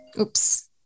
Oops